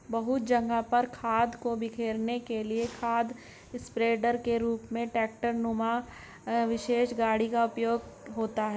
बहुत जगह पर खाद को बिखेरने के लिए खाद स्प्रेडर के रूप में ट्रेक्टर नुमा विशेष गाड़ी का उपयोग होता है